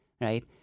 right